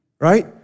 right